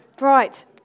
Right